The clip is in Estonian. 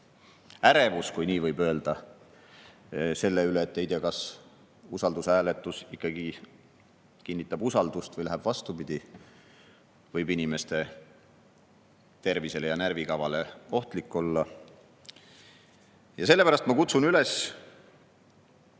ärevus, kui nii võib öelda, selle üle, et ei tea, kas usaldushääletus ikkagi kinnitab usaldust või läheb vastupidi, võib inimeste tervisele ja närvikavale ohtlik olla. Ja sellepärast ma kutsun üles